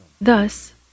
Thus